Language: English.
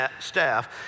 staff